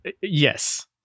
Yes